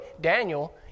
Daniel